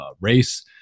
race